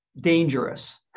dangerous